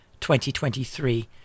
2023